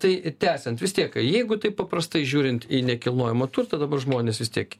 tai tęsiant vis tiek jeigu taip paprastai žiūrint į nekilnojamą turtą dabar žmonės vis tiek